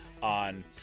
on